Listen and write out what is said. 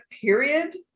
period